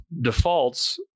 defaults